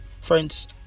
friends